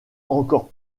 encore